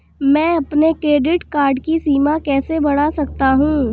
मैं अपने credit card की सीमा कैसे बढ़ा सकता हूँ?